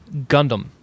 Gundam